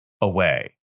away